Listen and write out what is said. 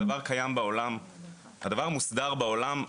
הדבר קיים ומוסדר בעולם,